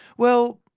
well,